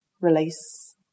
release